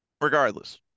regardless